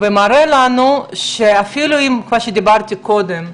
ומראה לנו שאפילו אם, כמו שאמרתי קודם,